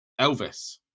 Elvis